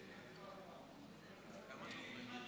עד שלוש דקות אדוני, בבקשה.